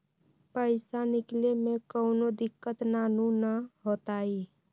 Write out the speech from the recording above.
पईसा निकले में कउनो दिक़्क़त नानू न होताई?